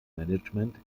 management